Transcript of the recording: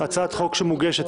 הצעת חוק שמוגשת,